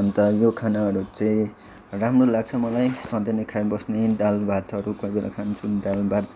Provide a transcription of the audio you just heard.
अन्त यो खानाहरू चाहिँ राम्रो लाग्छ मलाई सधैँ नै खाइबस्ने दालभातहरू कोही बेला खान्छु दालभात